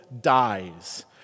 dies